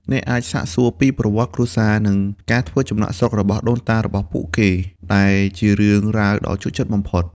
អ្នកអាចសាកសួរពីប្រវត្តិគ្រួសារ និងការធ្វើចំណាកស្រុករបស់ដូនតារបស់ពួកគេ ដែលជារឿងរ៉ាវដ៏ជក់ចិត្តបំផុត។